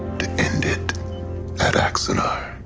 to end it at axanar.